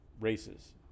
races